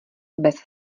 bez